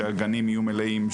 שהגנים יהיו מלאים,